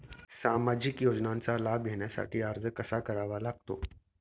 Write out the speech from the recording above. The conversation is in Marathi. सामाजिक योजनांचा लाभ घेण्यासाठी अर्ज कसा करावा लागतो?